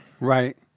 Right